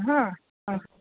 ହଁ ହଁ